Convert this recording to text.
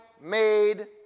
made